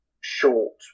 short